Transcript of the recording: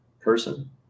person